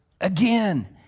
again